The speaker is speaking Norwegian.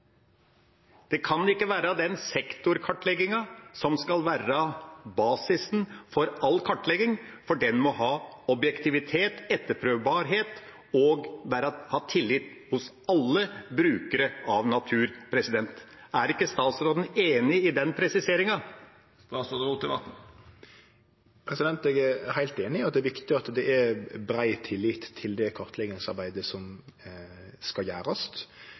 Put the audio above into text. Det kan ikke være den sektorkartleggingen som skal være basisen for all kartlegging, for den må ha objektivitet, etterprøvbarhet og ha tillit hos alle brukere av natur. Er ikke statsråden enig i den presiseringen? Eg er heilt einig i at det er viktig at det er brei tillit til det kartleggingsarbeidet som skal